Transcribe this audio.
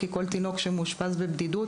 כי כל תינוק שמאושפז בבדידות,